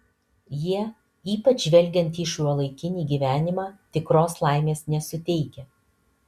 jie ypač žvelgiant į šiuolaikinį gyvenimą tikros laimės nesuteikia